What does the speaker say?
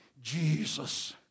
Jesus